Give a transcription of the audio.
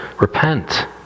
repent